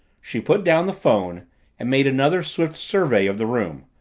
she put down the phone and made another swift survey of the room,